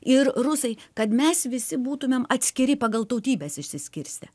ir rusai kad mes visi būtumėm atskiri pagal tautybes išsiskirstę